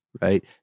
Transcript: Right